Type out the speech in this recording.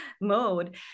mode